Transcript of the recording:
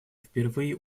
впервые